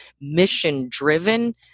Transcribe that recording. mission-driven